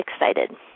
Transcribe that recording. excited